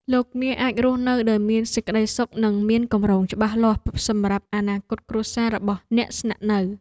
លោកអ្នកអាចរស់នៅដោយមានសេចក្ដីសុខនិងមានគម្រោងច្បាស់លាស់សម្រាប់អនាគតគ្រួសាររបស់អ្នកស្នាក់នៅ។